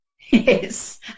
Yes